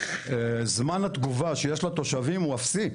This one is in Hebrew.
זמן התגובה שיש לתושבים הוא אפסי.